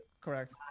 Correct